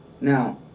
Now